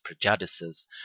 prejudices